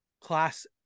class